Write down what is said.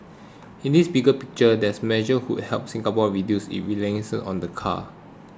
in this bigger picture these measures would help Singapore reduce its reliance on the car